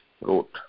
wrote